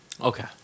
Okay